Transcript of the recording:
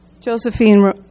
Josephine